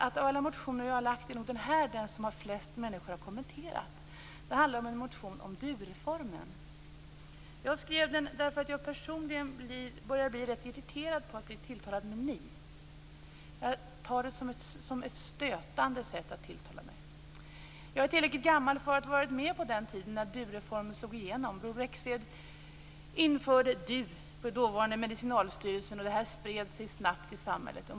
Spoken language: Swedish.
Av alla motioner som jag har väckt är det nog denna som flest människor har kommenterat. Det handlar om en motion om du-reformen. Jag skrev den därför att jag personligen börjar bli rätt irriterad på att bli tilltalad med ni. Jag tar det som ett stötande sätt att tilltala mig. Jag är tillräckligt gammal för att ha varit med på den tiden när du-reformen slog igenom. Bror Rexed införde du för dåvarande Medicinalstyrelsen, och detta spred sig snabbt i samhället.